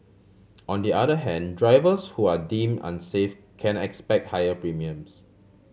on the other hand drivers who are deem unsafe can expect higher premiums